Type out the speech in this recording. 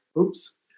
Oops